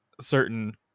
certain